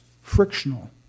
frictional